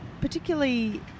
particularly